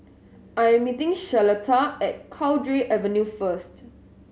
I am meeting Charlotta at Cowdray Avenue first